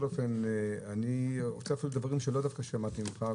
אני רוצה לדבר על דברים שלאו דווקא שמעתי ממך.